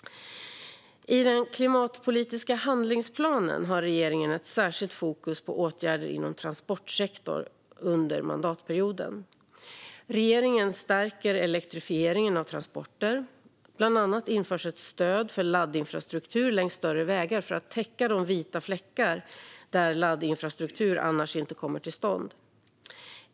I den klimatpolitiska handlingsplanen har regeringen ett särskilt fokus på åtgärder inom transportsektorn under mandatperioden. Regeringen stärker elektrifieringen av transporter. Bland annat införs ett stöd för laddinfrastruktur längs större vägar för att täcka de vita fläckar där laddinfrastruktur annars inte kommer till stånd.